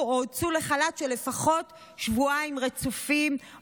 או הוצאו לחל"ת של לפחות שבועיים רצופים,